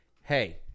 hey